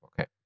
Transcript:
Okay